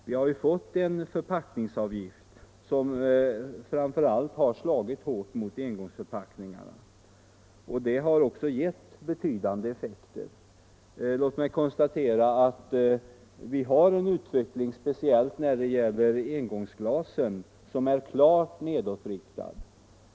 Vi har fått en förpackningsavgift, som framför allt har slagit hårt mot engångsförpackningarna, och den har gett betydande effekter. Låt mig konstatera att utvecklingen speciellt när det gäller engångsglasen är klart nedåtriktad.